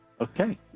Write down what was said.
Okay